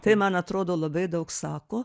tai man atrodo labai daug sako